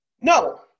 No